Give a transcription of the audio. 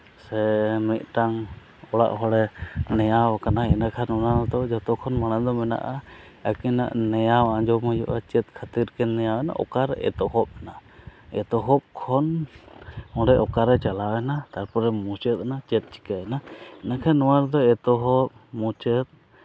ᱥᱮ ᱢᱤᱫᱴᱟᱝ ᱚᱲᱟᱜ ᱦᱚᱲᱮ ᱱᱮᱭᱟᱣ ᱠᱟᱱᱟ ᱩᱱᱤ ᱢᱟᱛᱚ ᱡᱚᱛᱚ ᱠᱷᱚᱱ ᱢᱟᱲᱟᱝ ᱫᱚ ᱢᱮᱱᱟᱜᱼᱟ ᱟᱹᱠᱤᱱᱟᱜ ᱱᱮᱭᱟᱣ ᱟᱸᱡᱚᱢ ᱦᱩᱭᱩᱜᱼᱟ ᱪᱮᱫ ᱠᱷᱟᱹᱛᱤᱨ ᱠᱤᱱ ᱱᱮᱭᱟᱣᱱᱟ ᱚᱠᱟᱨᱮ ᱮᱛᱚᱦᱚᱵ ᱱᱟ ᱮᱛᱚᱦᱚᱵ ᱠᱷᱚᱱ ᱚᱸᱰᱮ ᱚᱠᱟᱨᱮ ᱪᱟᱞᱟᱣᱮᱱᱟ ᱛᱟᱨᱯᱚᱨᱮ ᱢᱩᱪᱟᱹᱫ ᱮᱱᱟ ᱪᱮᱫ ᱪᱤᱠᱟᱹᱭᱮᱱᱟ ᱢᱮᱱᱠᱷᱟᱱ ᱱᱚᱣᱟ ᱨᱮᱫᱚ ᱮᱛᱚᱦᱚᱵ ᱢᱩᱪᱟᱹᱫ